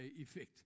effect